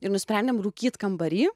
ir nusprendėm rūkyt kambary